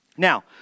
Now